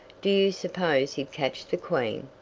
do you suppose he'd catch the queen?